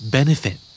Benefit